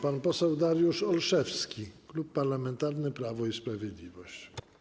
Pan poseł Dariusz Olszewski, Klub Parlamentarny Prawo i Sprawiedliwość.